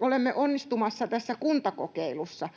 olemme onnistumassa tässä kuntakokeilussa.